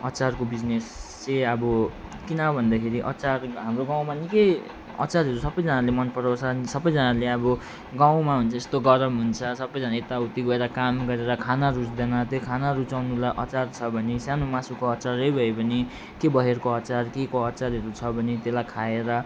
अचारको बिजिनेस चाहिँ अब किन भन्दाखेरि अचार हाम्रो गाउँमा निकै अचारहरू सबैजनाले मन पराउँछन् सबैजनाले अब गाउँमा हुन्छ यस्तो गरम हुन्छ सबैजना यताउति गएर काम गरेर खाना रुच्दैन त्यो खाना रुचाउनुलाई अचार छ भने सानो मासुको अचारै भए पनि त्यो बयरको अचार केको अचारहरू छ भने त्यसलाई खाएर